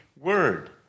word